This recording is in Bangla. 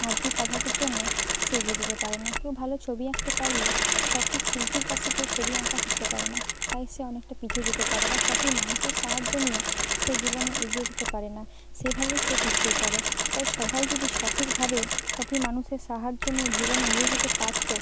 আর্থিক অভাবের জন্য সে এগিয়ে যেতে পারে না কেউ ভালো ছবি আঁকতে পারলেও সঠিক শিল্পীর কাছে গিয়ে ছবি আঁকা শিখতে পারে না তাই সে অনেকটা পিছিয়ে যেতে পারে বা সঠিক মানুষের সাহায্য নিয়ে সে জীবনে এগিয়ে যেতে পারে না সেভাবে সে পিছিয়ে পড়ে তাই সবাই যদি সঠিকভাবে সঠিক মানুষের সাহায্য নিয়ে জীবনে এগিয়ে যেতে পারতো